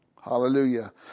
Hallelujah